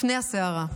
לפני הסערה.